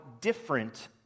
different